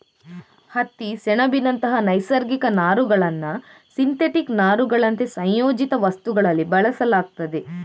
ಹತ್ತಿ, ಸೆಣಬಿನಂತ ನೈಸರ್ಗಿಕ ನಾರುಗಳನ್ನ ಸಿಂಥೆಟಿಕ್ ನಾರುಗಳಂತೆ ಸಂಯೋಜಿತ ವಸ್ತುಗಳಲ್ಲಿ ಬಳಸಲಾಗ್ತದೆ